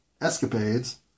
escapades